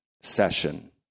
session